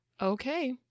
Okay